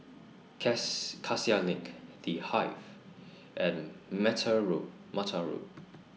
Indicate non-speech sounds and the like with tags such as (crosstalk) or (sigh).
(unintelligible) Cassia LINK The Hive and (unintelligible) Road Mattar Road